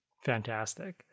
Fantastic